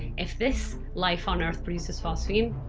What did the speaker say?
if this life on earth produces phosphine,